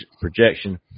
projection